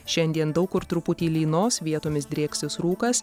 šiandien daug kur truputį lynos vietomis drieksis rūkas